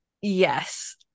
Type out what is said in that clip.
Yes